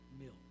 milk